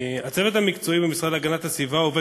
הצוות המקצועי במשרד להגנת הסביבה עובד